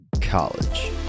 college